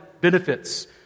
benefits